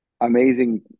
amazing